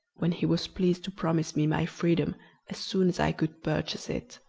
when he was pleased to promise me my freedom as soon as i could purchase it.